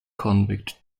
convict